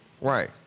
Right